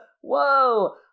Whoa